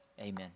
Amen